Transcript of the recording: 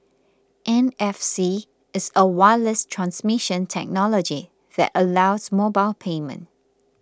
N F C is a wireless transmission technology that allows mobile payment